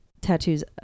tattoos